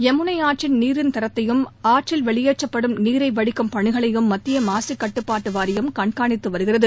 யமுனை ஆற்றின் நீரின் தரத்தையும் ஆற்றில் வெளியேற்றப்படும் நீரை வடிக்கும் பணிகளையும் மத்திய மாசு கட்டுப்பாட்டு வாரியம் கண்காணித்து வருகிறது